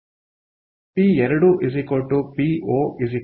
P2 P0 100 bar